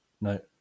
No